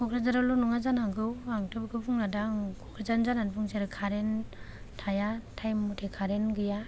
क'क्राझार आवल' नंङा जानो हागौ आंथ' बिखौ बुङा दा आं क'क्राझारनि जानानै बुंसै आरो कारेन्ट थाया टाइम मथे कारेन्ट गैया